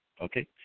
Okay